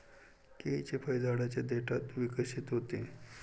केळीचे फळ झाडाच्या देठात विकसित होते